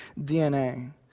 DNA